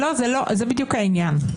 זה בדיוק העניין.